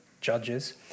judges